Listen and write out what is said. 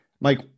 Mike